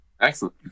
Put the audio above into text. Excellent